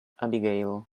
abigail